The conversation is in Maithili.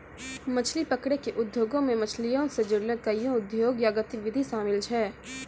मछली पकरै के उद्योगो मे मछलीयो से जुड़लो कोइयो उद्योग या गतिविधि शामिल छै